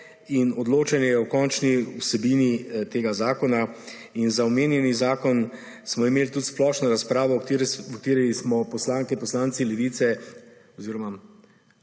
in odločanje o končni vsebini tega zakona. Za omenjeni zakon smo imeli tudi splošno razpravo, v kateri smo poslanke in poslanci Levice oziroma